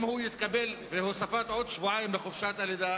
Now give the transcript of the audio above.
אם הוא יתקבל בהוספת שבועיים לחופשת הלידה,